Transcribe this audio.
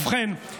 ובכן,